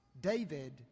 David